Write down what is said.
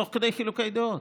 תוך כדי חילוקי דעות,